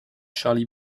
charlie